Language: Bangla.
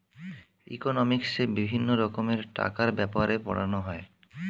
ইকোনমিক্সে বিভিন্ন রকমের টাকার ব্যাপারে পড়ানো হয়